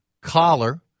Collar